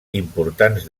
importants